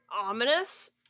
ominous